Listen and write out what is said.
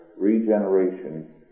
Regeneration